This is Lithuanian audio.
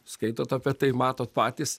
skaitot apie tai matot patys